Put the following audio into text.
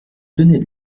tenait